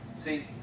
See